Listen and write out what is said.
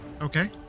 okay